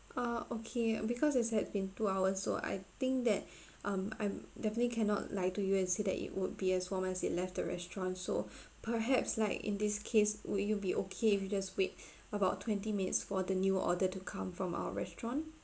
uh okay because it had been two hours so I think that um I definitely cannot lie to you and say that it would be as warm as it left the restaurant so perhaps like in this case would you be okay if you just wait about twenty minutes for the new order to come from our restaurant